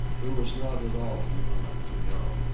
who was not at all unwilling to go.